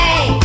Hey